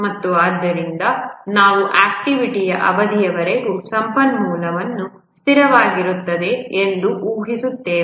ಮತ್ತು ಆದ್ದರಿಂದ ನಾವು ಆಕ್ಟಿವಿಟಿಯ ಅವಧಿಯವರೆಗೆ ಸಂಪನ್ಮೂಲ ಸ್ಥಿರವಾಗಿರುತ್ತದೆ ಎಂದು ಊಹಿಸುತ್ತೇವೆ